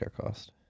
cost